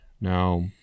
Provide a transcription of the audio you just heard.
Now